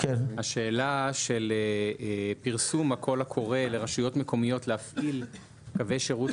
השאלה של פרסום הקול הקורא לרשויות מקומיות להפעיל קווי שירות